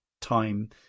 time